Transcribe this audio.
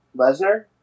Lesnar